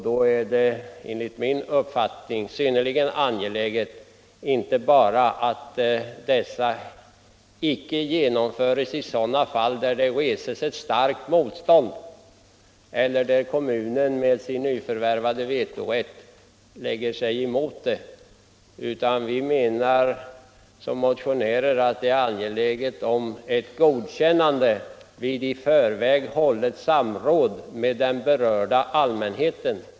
Då är det enligt min uppfattning synnerligen angeläget inte bara att dessa icke genomförs i sådana fall där det reses starkt motstånd eller där kommunen med sin nyförvärvade vetorätt lägger sig emot en förändring, utan också att det krävs ett godkännande vid i förväg hållet samråd med den berörda allmänheten.